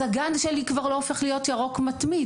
אז הגן שלי כבר לא נשאר להיות ירוק מתמיד,